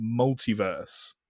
multiverse